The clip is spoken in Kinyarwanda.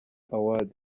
awards